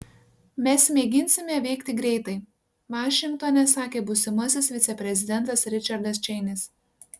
mes mėginsime veikti greitai vašingtone sakė būsimasis viceprezidentas ričardas čeinis